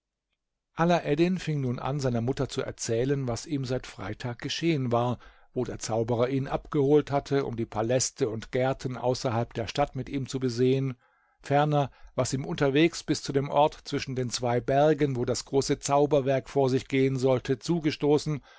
alaeddin fing nun an seiner mutter zu erzählen was ihm seit freitag geschehen war wo der zauberer ihn abgeholt hatte um die paläste und gärten außerhalb der stadt mit ihm zu besehen ferner was ihm unterwegs bis zu dem ort zwischen den zwei bergen wo das große zauberwerk vor sich gehen sollte zugestoßen